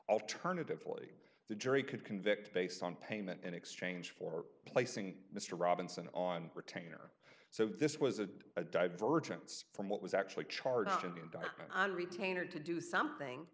alternatively the jury could convict based on payment in exchange for placing mr robinson on retainer so this was a divergence from what was actually charging document on retainer to do something